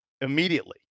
immediately